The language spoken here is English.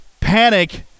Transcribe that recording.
Panic